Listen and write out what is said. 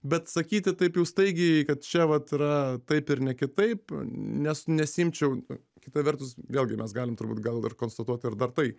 bet sakyti taip jau staigiai kad čia vat yra taip ir ne kitaip nes nesiimčiau kita vertus vėlgi mes galim turbūt gal ir konstatuoti ir dar tai